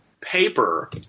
paper